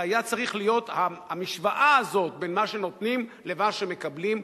שהיה צריך להיות המשוואה הזאת בין מה שנותנים למה שמקבלים,